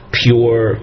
pure